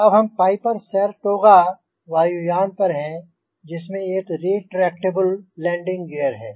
अब हम Piper Saratoga वायुयान पर हैं जिसमें एक रेट्रैक्टबल लैंडिंग ग़ीयर है